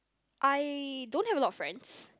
I don't have a lot of friends